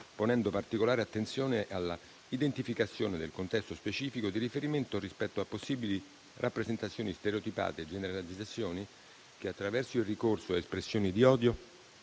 ponendo particolare attenzione all'identificazione del contesto specifico di riferimento rispetto a possibili rappresentazioni stereotipate e generalizzazioni, che, attraverso il ricorso a espressioni di odio,